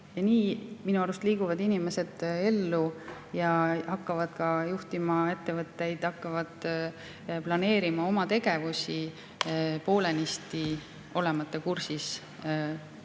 Minu arust liiguvad inimesed ellu ja hakkavad juhtima ettevõtteid, hakkavad planeerima oma tegevusi [justkui] poolenisti, olemata kursis